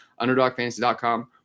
underdogfantasy.com